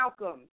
Malcolm